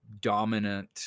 dominant